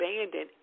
abandoned